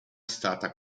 stata